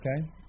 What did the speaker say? okay